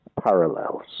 parallels